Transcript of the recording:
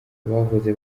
abahoze